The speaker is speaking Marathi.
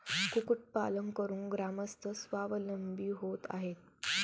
कुक्कुटपालन करून ग्रामस्थ स्वावलंबी होत आहेत